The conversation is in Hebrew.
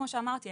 כמו שאמרתי,